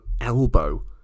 elbow